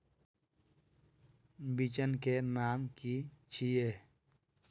बिचन के नाम की छिये?